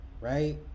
right